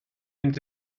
mynd